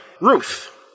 Ruth